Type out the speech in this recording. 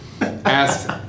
asked